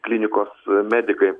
klinikos medikai